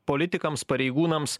politikams pareigūnams